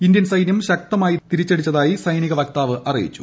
Indian സൈനൃം ശക്തമായി തിരിച്ചടിച്ചതായി സൈനിക വക്താവ് അറിയിച്ചു